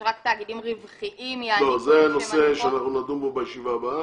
שרק תאגידים רווחיים --- זה נושא שנדון בו בישיבה הבאה.